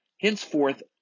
henceforth